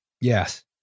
Yes